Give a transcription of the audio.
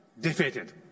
defeated